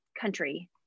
country